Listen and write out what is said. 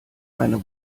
eine